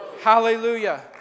Hallelujah